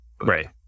Right